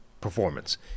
performance